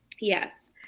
Yes